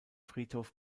friedhof